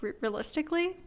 realistically